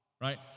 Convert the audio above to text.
right